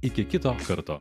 iki kito karto